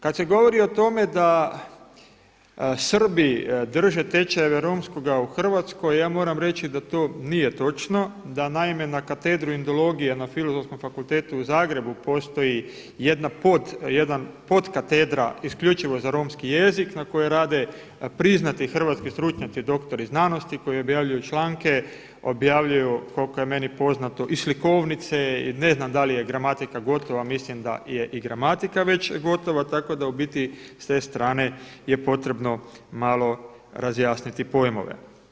Kada se govori o tome da Srbi drže tečajeve romskoga u Hrvatskoj, ja moram reći da to nije točno, da naime na Katedru indologije na Filozofskom fakultetu u Zagrebu postoji jedan podkatedra isključivo za romski jezik na kojem rade priznati hrvatski stručnjaci doktori znanosti koji objavljuju članke, objavljuju koliko je meni poznato i slikovnice i ne znam da li je gramatika gotova, mislim da je i gramatika već gotova, tako da u biti s te strane je potrebno malo razjasniti pojmove.